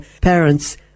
parents